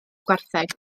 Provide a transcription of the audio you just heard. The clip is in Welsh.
gwartheg